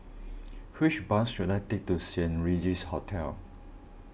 which bus should I take to Saint Regis Hotel